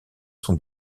son